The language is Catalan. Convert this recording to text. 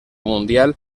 mundial